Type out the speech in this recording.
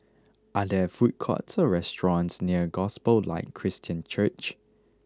are there food courts or restaurants near Gospel Light Christian Church